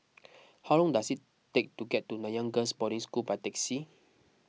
how long does it take to get to Nanyang Girls' Boarding School by taxi